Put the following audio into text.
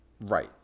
right